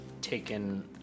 taken